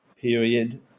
period